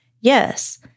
Yes